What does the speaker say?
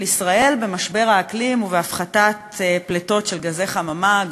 ישראל במשבר האקלים ובהפחתת פליטות של גזי חממה,